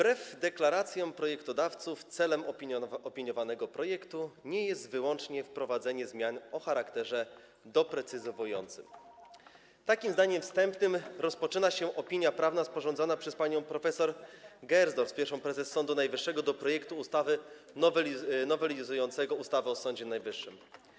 Wbrew deklaracjom projektodawców celem opiniowanego projektu nie jest wyłącznie wprowadzenie zmian o charakterze doprecyzowującym - takim zdaniem wstępnym rozpoczyna się opinia prawna sporządzona przez panią prof. Gersdorf, pierwszą prezes Sądu Najwyższego, o projekcie ustawy nowelizującym ustawę o Sądzie Najwyższym.